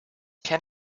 can